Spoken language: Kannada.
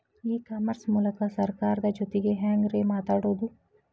ಇ ಕಾಮರ್ಸ್ ಮೂಲಕ ಸರ್ಕಾರದ ಜೊತಿಗೆ ಹ್ಯಾಂಗ್ ರೇ ಮಾತಾಡೋದು?